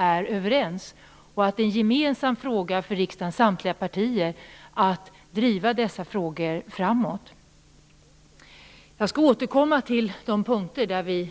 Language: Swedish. Det är en gemensam fråga för riksdagens samtliga partier att driva dessa frågor framåt. Jag skall återkomma till de punkter där vi